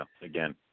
again